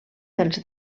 dels